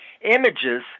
images